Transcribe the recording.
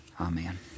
Amen